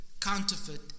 counterfeit